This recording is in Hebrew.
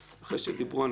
בבקשה.